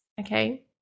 Okay